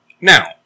Now